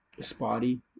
spotty